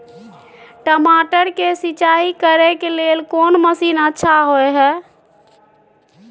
टमाटर के सिंचाई करे के लेल कोन मसीन अच्छा होय है